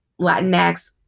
Latinx